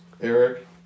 Eric